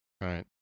right